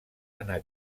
anar